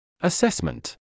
Assessment